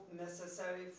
necessary